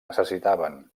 necessitaven